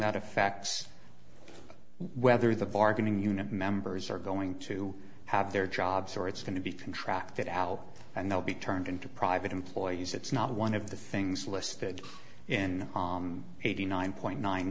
that affects whether the bargaining unit members are going to have their jobs or it's going to be contract that out and they'll be turned into private employees it's not one of the things listed in eighty nine point nine